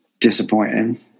disappointing